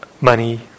money